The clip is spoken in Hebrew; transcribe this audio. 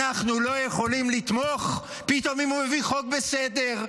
אנחנו לא יכולים לתמוך אם פתאום הוא הביא חוק בסדר.